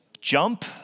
jump